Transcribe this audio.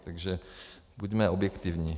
Takže buďme objektivní.